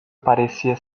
parecia